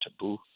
taboo